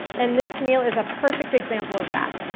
and this meal is a perfect example of that.